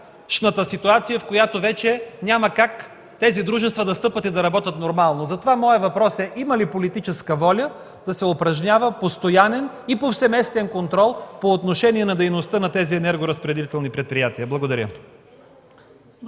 в която няма как тези дружества да стъпят и да работят нормално. Затова моят въпрос е: има ли политическа воля да се упражнява постоянен и повсеместен контрол по отношение дейността на енергоразпределителните предприятия? Благодаря.